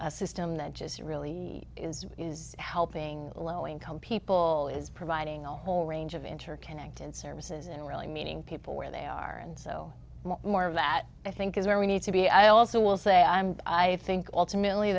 a system that just really is helping low income people is providing a whole range of interconnected services in really meeting people where they are and so more of that i think is where we need to be i also will say i'm i think ultimately